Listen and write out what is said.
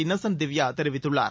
Innocent Divya தெரிவித்துள்ளார்